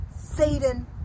Satan